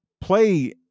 play